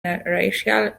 racial